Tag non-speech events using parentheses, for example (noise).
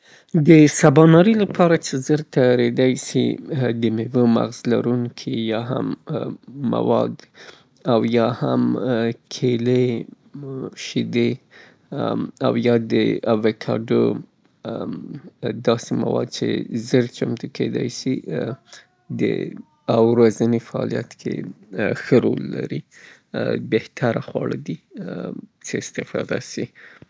د ، (hesitation) سرعت باندې ، (hesitation) ګړندي او تیز صحی ناري تیارول زما په نظر مغزیات یا یوناني مستې او یا هم کیلې او د بادامو شیدې که چیرې سره جوړې سي له اویدکډو سره نو دا به بهتره وي، زما په نظر دا مناسب انتخاب دي.